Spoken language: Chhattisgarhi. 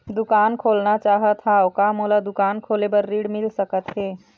दुकान खोलना चाहत हाव, का मोला दुकान खोले बर ऋण मिल सकत हे?